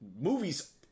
movies